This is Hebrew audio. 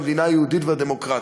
במדינה היהודית והדמוקרטית.